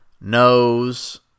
Knows